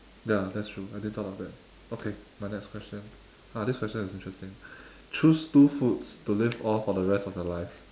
ya that's true I didn't thought of that okay my next question ah this question is interesting choose two foods to live off for the rest of your life